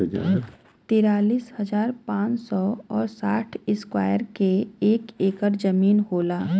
तिरालिस हजार पांच सौ और साठ इस्क्वायर के एक ऐकर जमीन होला